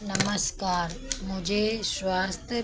नमस्कार मुझे स्वास्थ्य